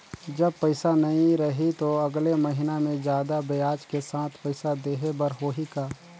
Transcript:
जब पइसा नहीं रही तो अगले महीना मे जादा ब्याज के साथ पइसा देहे बर होहि का?